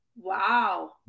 Wow